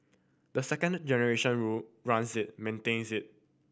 the second generation run runs it maintains it